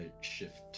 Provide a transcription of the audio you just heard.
shift